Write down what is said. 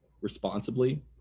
responsibly